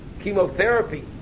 chemotherapy